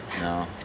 No